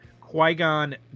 Qui-Gon